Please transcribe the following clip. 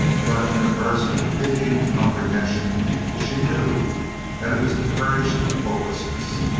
but in a burst of pitying comprehension she knew that it was the courage of hopelessness.